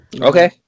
Okay